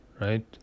right